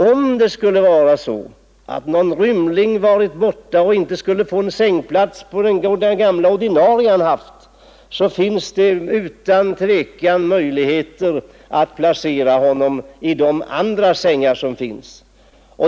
Om det skulle vara så, att någon rymling vid hemkomsten inte skulle få sin ”gamla” säng, finns det utan tvivel möjligheter att placera honom i andra sängar.